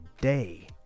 day